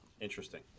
Interesting